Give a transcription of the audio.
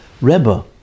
Rebbe